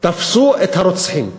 תפסו את הרוצחים,